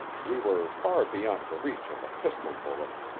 we were far beyond the reach of a pistol bullet,